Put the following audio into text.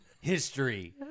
history